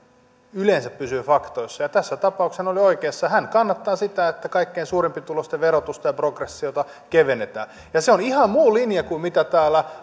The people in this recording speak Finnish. yleensä pysyy faktoissa ja tässä tapauksessa hän oli oikeassa hän kannattaa sitä että kaikkein suurituloisimpien verotusta ja progressiota kevennetään ja se on ihan muu linja kuin mitä täällä